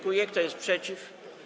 Kto jest przeciw?